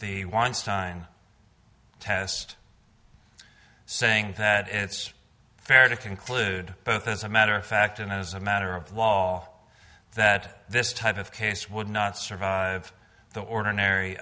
done test saying that it's fair to conclude both as a matter of fact and as a matter of law that this type of case would not survive the ordinary